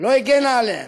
לא הגנה עליהם,